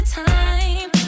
time